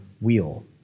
wheel